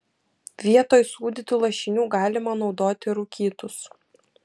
vietoj sūdytų lašinių galima naudoti rūkytus